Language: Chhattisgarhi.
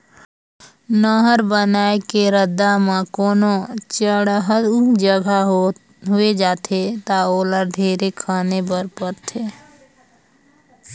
नहर बनाए के रद्दा म कोनो चड़हउ जघा होवे जाथे ता ओला ढेरे खने पर परथे